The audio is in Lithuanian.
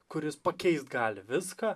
kuris pakeist gali viską